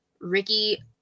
Ricky